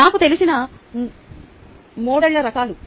నాకు తెలిసిన మోడళ్ల రకాలు